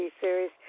series